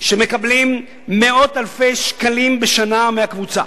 שמקבלים מאות אלפי שקלים בשנה מהקבוצה,